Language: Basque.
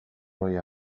ohia